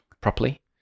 properly